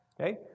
Okay